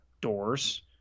doors